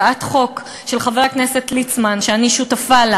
הצעת חוק של חבר הכנסת ליצמן שאני שותפה לה,